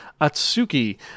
Atsuki